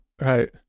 Right